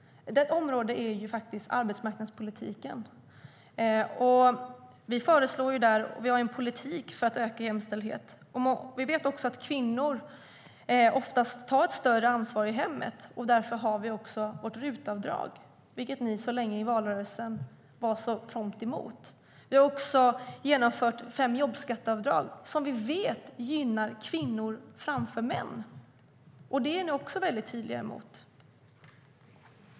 Ett område är arbetsmarknadspolitiken. Vi har en politik för ökad jämställdhet. Vi vet också att kvinnor oftast tar ett större ansvar i hemmet. Därför har vi vårt RUT-avdrag, vilket ni var prompt emot i valrörelsen. Vi har också genomfört fem jobbskatteavdrag som vi vet gynnar kvinnor framför män. Det är ni också tydligt emot.